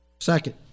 Second